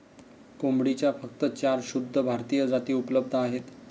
कोंबडीच्या फक्त चार शुद्ध भारतीय जाती उपलब्ध आहेत